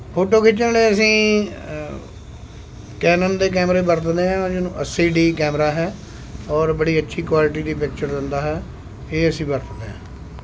photo ਖਿੱਚਣ ਲਈ ਅਸੀਂ ਕੈਨੋਨ ਦੇ ਕੈਮਰੇ ਵਰਤਦੇ ਹਾਂ ਅੱਸੀ ਡੀ ਕੈਮਰਾ ਹੈ ਔਰ ਬੜੀ ਅੱਛੀ ਕੋਆਲਟੀ ਦੀ ਪਿਕਚਰ ਦਿੰਦਾ ਹੈ ਇਹ ਅਸੀਂ ਵਰਤਦੇ ਹਾਂ